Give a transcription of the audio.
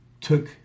took